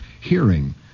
hearing